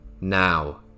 Now